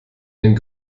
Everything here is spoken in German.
den